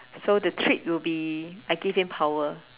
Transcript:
so the treat will be I give him power